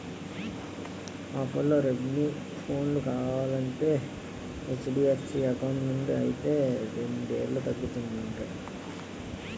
ఆఫర్లో Redmi phone కొనాలంటే HDFC account నుండి అయితే రెండేలు తగ్గుతుందట